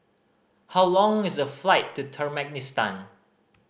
how long is the flight to Turkmenistan